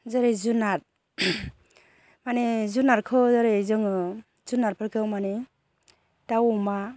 जेरै जुनार माने जुनारखौ ओरै जोङो जुनारफोरखौ माने दाउ अमा